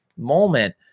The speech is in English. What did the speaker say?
moment